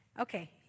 Okay